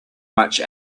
much